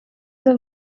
the